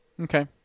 Okay